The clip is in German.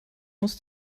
muss